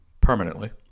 permanently